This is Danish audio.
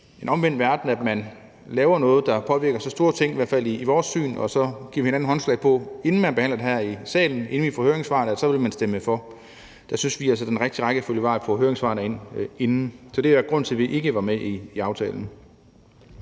den omvendte verden, at man laver noget, der påvirker så store ting, og så giver hinanden håndslag på, inden man behandler det her i salen, inden vi får høringssvarene, at så vil man stemme for det. Der synes vi altså, at den rigtige rækkefølge er at få høringssvarene forinden. Så det er grunden til, at vi ikke er med i aftalen.